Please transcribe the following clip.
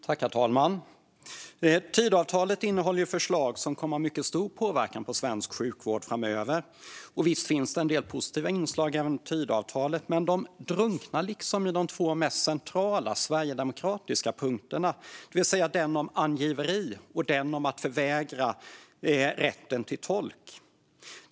Herr talman! Tidöavtalet innehåller ju förslag som kommer att ha mycket stor påverkan på svensk sjukvård framöver. Visst finns det en del positiva inslag i Tidöavtalet, men de drunknar liksom i de två mest centrala sverigedemokratiska punkterna, det vill säga den om angiveri och den om att förvägra människor rätten till tolk.